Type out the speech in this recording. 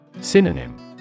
Synonym